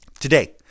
Today